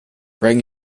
bring